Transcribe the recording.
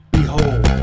behold